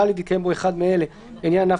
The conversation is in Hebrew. (ד)התקיים בו אחד מאלה: (1) לעניין ענף